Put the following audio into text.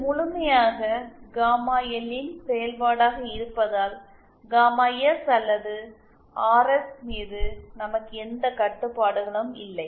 இது முழுமையாக gamma L இன் செயல்பாடாக இருப்பதால் காமா எஸ் அல்லது ஆர்எஸ் மீது நமக்கு எந்த கட்டுப்பாடுகளும் இல்லை